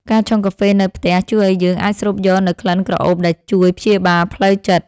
ការឆុងកាហ្វេនៅផ្ទះជួយឱ្យយើងអាចស្រូបយកនូវក្លិនក្រអូបដែលជួយព្យាបាលផ្លូវចិត្ត។